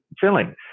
filling